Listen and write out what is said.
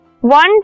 one